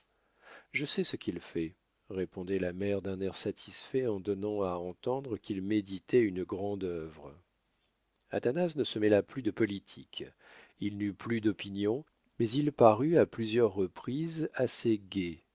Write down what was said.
je sais ce qu'il fait répondait la mère d'un air satisfait en donnant à entendre qu'il méditait une grande œuvre athanase ne se mêla plus de politique il n'eut plus d'opinion mais il parut à plusieurs reprises assez gai